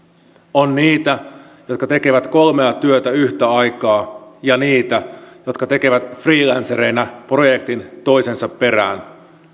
on niitä jotka tekevät kolmea työtä yhtä aikaa ja niitä jotka tekevät freelancereina projektin toisensa jälkeen